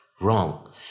wrong